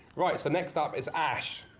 right so next up is ash